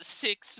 six